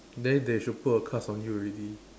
then they should put a cast on you already